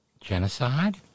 Genocide